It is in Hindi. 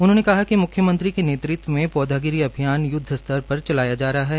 उन्होंने कहा कि म्ख्यमंत्री ने नेतृत्व मे पौधागिरी अभियान य्दव स्त्र पर चलाया जा रहा है